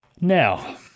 Now